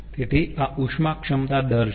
તેથી આ ઉષ્મા ક્ષમતા દર છે